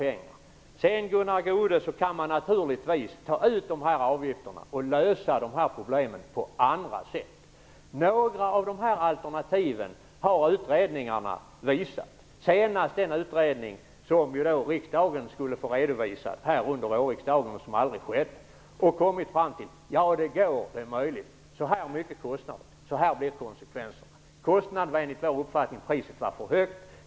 Vidare, Gunnar Goude, går det naturligtvis att ta ut avgifterna och lösa problemen på andra sätt. Några av alternativen har utredningarna visat. Senast var det den utredning som skulle redovisa resultatet under vårriksdagen, men det skedde aldrig. Utredningen kom fram till att det var möjligt, att det kostade en summa och att det fanns konsekvenser. Priset var enligt vår uppfattning för högt.